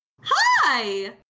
Hi